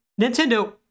Nintendo